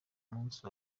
munsi